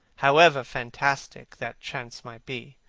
however fantastic that chance might be,